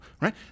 right